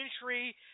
entry